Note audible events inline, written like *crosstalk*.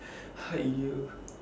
*breath* !haiyo!